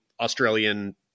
Australian